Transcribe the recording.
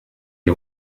est